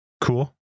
cool